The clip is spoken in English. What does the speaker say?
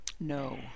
No